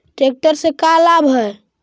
Tractor से का लाभ है?